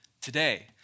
today